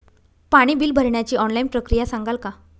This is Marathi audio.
पाणी बिल भरण्याची ऑनलाईन प्रक्रिया सांगाल का?